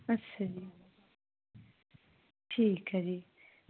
ਅੱਛਾ ਜੀ ਠੀਕ ਹੈ ਜੀ